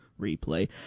Replay